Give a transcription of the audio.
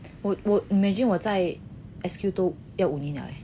我我 imagine 我在 S_Q 都要五年 liao